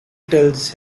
tells